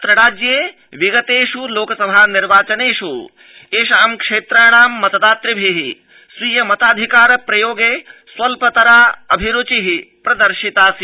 अत्र राज्ये विगतेष् लोकसभा निर्वाचनेष् एषा क्षेत्राणा मतदातृभिः स्वीय मताधिकार प्रयोगे स्वल्पराऽभिरुचिः प्रदर्शिता आसीत्